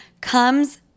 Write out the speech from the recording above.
comes